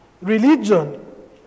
religion